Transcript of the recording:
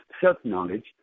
self-knowledge